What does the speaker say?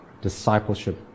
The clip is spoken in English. discipleship